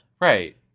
right